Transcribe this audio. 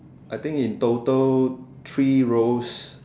I think in total three rows